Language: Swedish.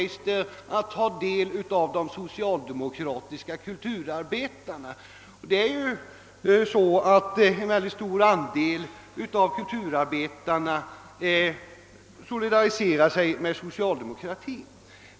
Åtskilliga av landets kulturarbetare solidariserar sig som bekant med socialdemokratin, varför deras politiska sammanslutnings synpunkter är representativa och bör tillmätas stor betydelse.